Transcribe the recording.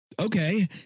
okay